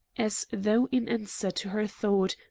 as though in answer to her thought,